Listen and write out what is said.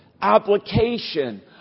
application